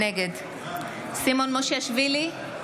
נגד סימון מושיאשוילי,